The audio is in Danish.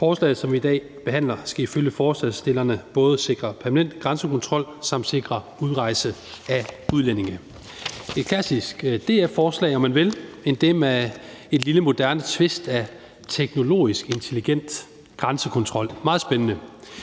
Forslaget, som vi i dag behandler, skal ifølge forslagsstillerne både sikre permanent grænsekontrol og sikre udrejse af udlændinge. Det er et klassisk DF-forslag, om man vil, og det er endda med et lille moderne tvist af teknologisk intelligent grænsekontrol. Det er meget spændende.